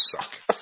suck